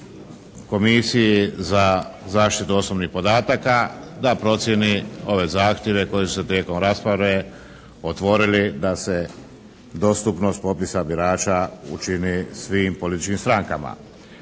Komisiji za zaštitu osobnih podataka da procijeni ove zahtjeve koji su se tijekom rasprave otvorili da se dostupnost popisa birača učini svim političkim strankama.